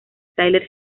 tráiler